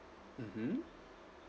mmhmm